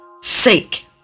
sake